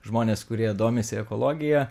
žmonės kurie domisi ekologija